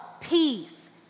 peace